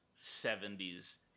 70s